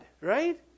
Right